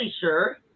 sure